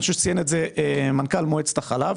אני חושב שציין את זה מנכ"ל מועצת החלב.